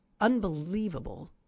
unbelievable